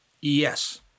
yes